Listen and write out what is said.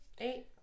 Eight